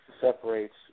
separates